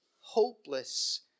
hopeless